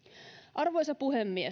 arvoisa puhemies